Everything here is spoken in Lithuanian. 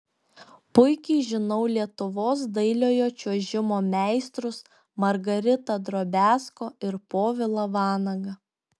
puikiai žinau lietuvos dailiojo čiuožimo meistrus margaritą drobiazko ir povilą vanagą